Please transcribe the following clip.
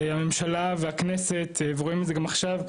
הממשלה והכנסת ורואים את זה גם עכשיו,